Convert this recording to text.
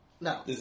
No